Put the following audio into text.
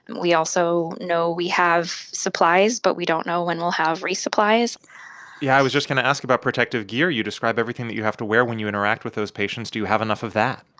and we also know we have supplies, but we don't know when we'll have resupplies yeah, i was just going to ask about protective gear. you describe everything that you have to wear when you interact with those patients. do you have enough of that?